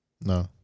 No